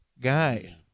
guy